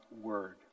word